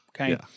Okay